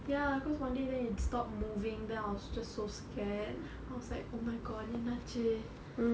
ya because one day then it stop moving then I was just so scared I was like oh my god என்ன ஆச்சு:enna achu